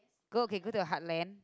go okay go to your heartland